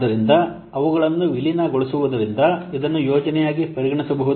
ಆದ್ದರಿಂದ ಅವುಗಳನ್ನು ವಿಲೀನಗೊಳಿಸುವುದರಿಂದ ಇದನ್ನು ಯೋಜನೆಯಾಗಿ ಪರಿಗಣಿಸಬಹುದು